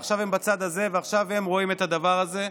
עכשיו הם בצד הזה, ועכשיו הם רואים את הדבר הזה.